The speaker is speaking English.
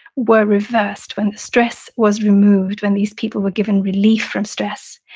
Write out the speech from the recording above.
were reversed when the stress was removed, when these people were given relief from stress.